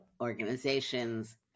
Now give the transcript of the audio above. organizations